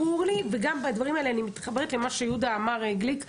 אני מתחברת למה שיהודה גליק אמר.